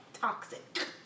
Toxic